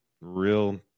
real